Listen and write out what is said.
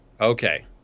Okay